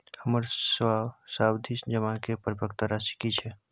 हमर सावधि जमा के परिपक्वता राशि की छै?